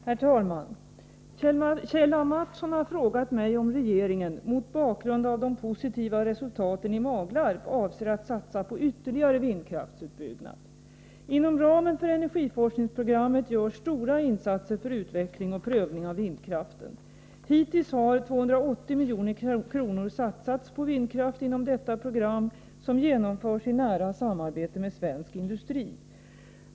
Herr talman! Kjell A. Mattsson har frågat mig om regeringen — mot bakgrund av de positiva resultaten i Maglarp — avser att satsa på ytterligare vindkraftsutbyggnad. Inom ramen för energiforskningsprogrammet görs stora insatser för utveckling och prövning av vindkraften. Hittills har 280 milj.kr. satsats på vindkraft inom detta program, som genomförs i nära samarbete med svensk industri.